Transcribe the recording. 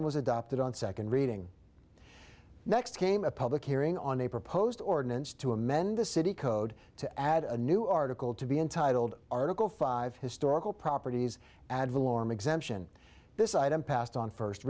item was adopted on second reading next came a public hearing on a proposed ordinance to amend the city code to add a new article to be entitled article five historical properties advil warm exemption this item passed on first